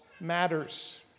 matters